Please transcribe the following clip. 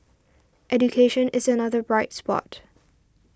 education is another bright spot